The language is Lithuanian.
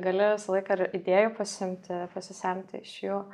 gali visą laiką ir idėjų pasiimti pasisemti iš jų